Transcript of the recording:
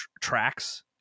tracks